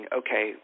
okay